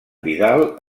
vidal